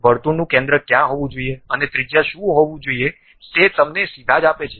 વર્તુળનું કેન્દ્ર ક્યાં હોવું જોઈએ અને ત્રિજ્યા શું હોવું જોઈએ તે તમને સીધા જ આપે છે